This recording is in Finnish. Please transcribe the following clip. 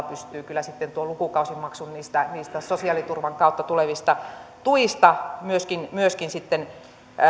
pystyy tuon lukukausimaksun niistä niistä sosiaaliturvan kautta tulevista tuista myöskin myöskin sitten